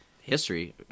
history